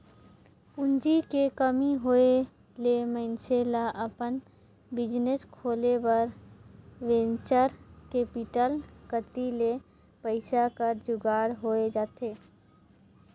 पूंजी के कमी होय ले मइनसे ल अपन बिजनेस खोले बर वेंचर कैपिटल कती ले पइसा कर जुगाड़ होए जाथे